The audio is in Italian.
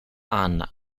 anna